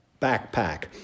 backpack